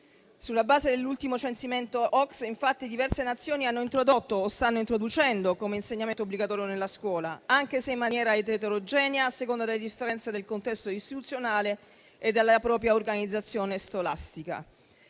Sulla base dell'ultimo censimento OCSE, infatti, diverse Nazioni lo hanno introdotto o lo stanno introducendo come insegnamento obbligatorio nella scuola, anche se in maniera eterogenea, a seconda delle differenze del contesto istituzionale e della propria organizzazione scolastica.